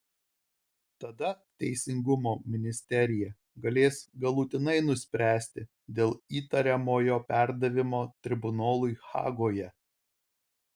tada teisingumo ministerija galės galutinai nuspręsti dėl įtariamojo perdavimo tribunolui hagoje